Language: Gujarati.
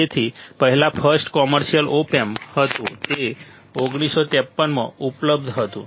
તેથી પહેલા ફર્સ્ટ કૉમર્શિઅલ ઓપ એમ્પ હતું જે 1953 માં ઉપલબ્ધ હતું